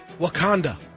Wakanda